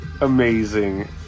amazing